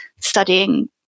studying